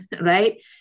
right